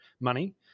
money